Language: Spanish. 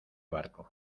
barco